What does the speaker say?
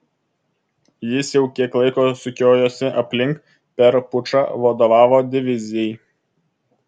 jis jau kiek laiko sukiojosi aplink per pučą vadovavo divizijai